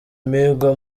imihigo